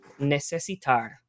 necesitar